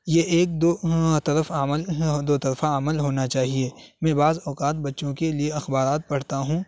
یہ ایک دو طرف عمل دو طرفہ عمل ہونا چاہیے میں بعض اوقات بچوں کے لیے اخبارات پڑھتا ہوں